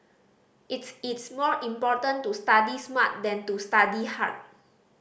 it's it's more important to study smart than to study hard